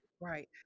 Right